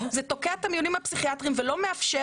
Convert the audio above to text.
זה תוקע את המיונים הפסיכיאטרים ולא מאפשר